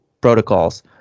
protocols